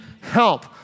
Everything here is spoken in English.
help